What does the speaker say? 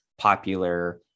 popular